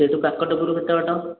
ସେଇଠୁ କାକଟପୁର କେତେ ବାଟ